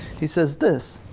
he says this,